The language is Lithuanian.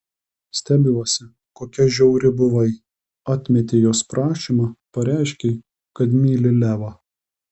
stebiuosi kokia žiauri buvai atmetei jos prašymą pareiškei kad myli levą